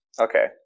Okay